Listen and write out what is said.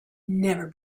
never